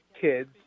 kids